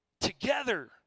together